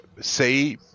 say